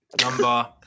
Number